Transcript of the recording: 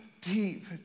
deep